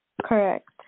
Correct